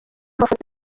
mafoto